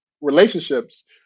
relationships